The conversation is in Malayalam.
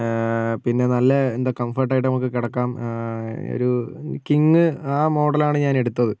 പിന്നെ നല്ല എന്താ കംഫർട്ട് ആയിട്ട് നമുക്ക് കിടക്കാം ഒരു കിംഗ് ആ മോഡലാണ് ഞാൻ എടുത്തത്